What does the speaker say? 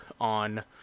On